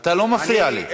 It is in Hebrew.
אתה לא מפריע לי.